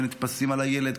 שנתפסים על הילד,